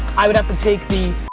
i would have to take the